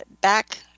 back